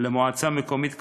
למועצה המקומית כפר-קרע,